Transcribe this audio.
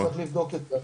צריך לבדוק את זה,